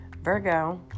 Virgo